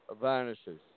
vanishes